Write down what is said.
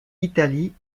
italie